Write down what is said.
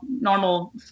normal